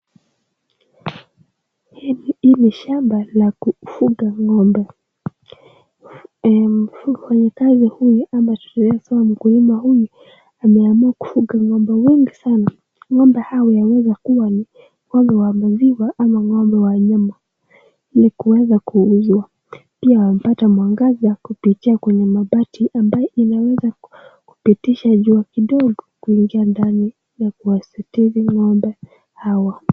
Hii ni shamba la kufuga ng'ombe ,mfanyikazi huyu ama treso wa mkulima huyu ameamua kufuga ng'ombe wengi sana , ng'ombe hawa yawezakuwa ni ng'ombe wa maziwa ama ng'ombe wa nyama ili kuweza kuuzwa ,pia wanapata mwangaza kupitia kwenye mabati ambayo inaweza kupitisha jua kidogo kuingia ndani ya kuwasitili ng'ombe hao.